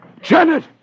Janet